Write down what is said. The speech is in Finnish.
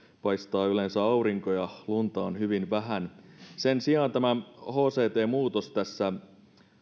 paistaa yleensä aurinko ja lunta on hyvin vähän sen sijaan tämä hct muutos tässä